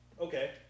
Okay